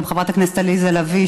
גם חברת הכנסת עליזה לביא,